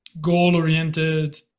goal-oriented